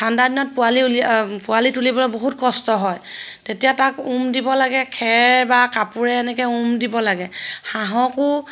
ঠাণ্ডা দিনত পোৱালি উলিয়া পোৱালি তুলিবলৈ বহুত কষ্ট হয় তেতিয়া তাক উম দিব লাগে খেৰ বা কাপোৰে এনেকৈ উম দিব লাগে হাঁহকো